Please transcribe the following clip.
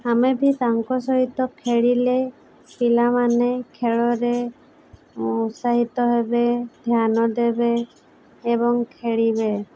ଆମେ ବି ତାଙ୍କ ସହିତ ଖେଳିଲେ ପିଲାମାନେ ଖେଳରେ ଉତ୍ସାହିତ ହେବେ ଧ୍ୟାନ ଦେବେ ଏବଂ ଖେଳିବେ